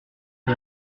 que